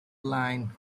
line